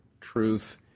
truth